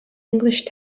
english